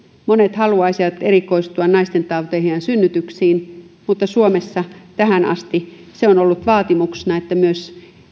monet haluaisivat erikoistua naistentauteihin ja synnytyksiin mutta suomessa on ollut tähän asti vaatimuksena että myös